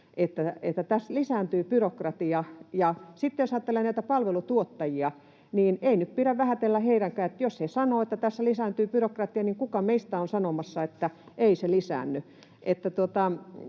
että tässä lisääntyy byrokratia. Ja sitten jos ajattelee näitä palveluntuottajia, niin ei nyt pidä vähätellä heitäkään, ja jos he sanovat, että tässä lisääntyy byrokratia, niin kuka meistä on sanomassa, että ei se lisäänny.